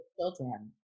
children